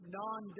non